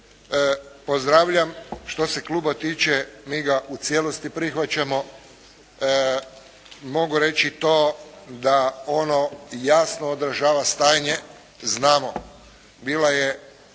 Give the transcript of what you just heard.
pozdravljam što se kluba tiče mi ga u cijelosti prihvaćamo. Mogu reći i to da ono jasno odražava stanje, znamo